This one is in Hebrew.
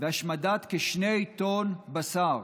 והשמדת כשני טון בשר